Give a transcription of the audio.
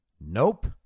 Nope